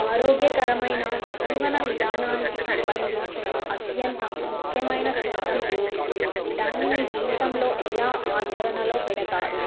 ఆరోగ్యకరమైన జీవన విధానానికి సంబంధించిన అత్యంత ముఖ్యమైన సూత్రం ఏది దాన్ని మీ జీవితంలో ఎలా ఆచరణలో పెడతారు